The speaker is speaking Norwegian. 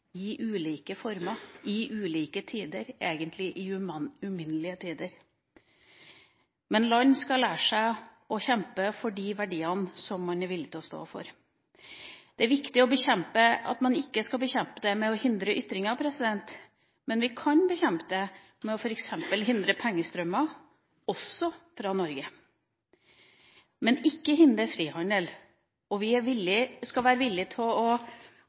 ulike former, i ulike tider, egentlig i uminnelige tider, men land skal lære seg å kjempe for de verdiene som man er villig til å stå for. Det er viktig at man ikke skal bekjempe det med å hindre ytringer, men vi kan bekjempe det med f.eks. å hindre pengestrømmer, også fra Norge – men ikke hindre frihandel. Vi skal være villig til å kjempe for våre verdier helt til det ytterste. Vi skal også være villig til å